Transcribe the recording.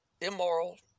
immoral